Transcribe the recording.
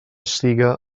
siga